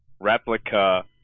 replica